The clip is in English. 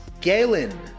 Galen